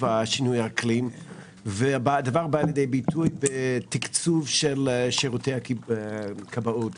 שינוי האקלים והדבר בא לידי ביטוי בתקצוב של שירותי הכבאות.